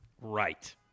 Right